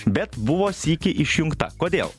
bet buvo sykį išjungta kodėl